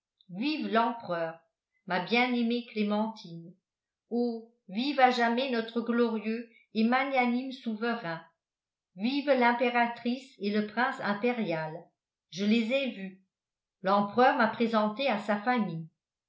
vive l'empereur ma bien-aimée clémentine oh vive à jamais notre glorieux et magnanime souverain vivent l'impératrice et le prince impérial je les ai vus l'empereur m'a présenté à sa famille